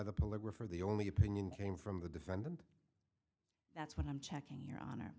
the police were for the only opinion came from the defendant that's what i'm checking your honor